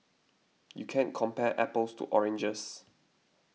you can't compare apples to oranges